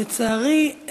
לצערי,